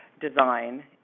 Design